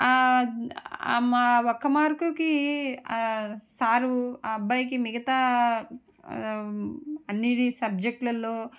ఒక మార్కుకి ఆ సారు ఆ అబ్బాయికి మిగతా అన్నీ సబ్జెక్టులల్లో